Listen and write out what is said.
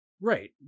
Right